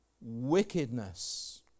wickedness